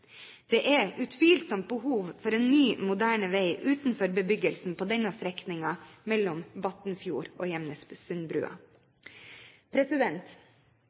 Det er utvilsomt behov for en ny, moderne vei utenfor bebyggelsen på denne strekningen mellom Batnfjord og